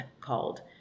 called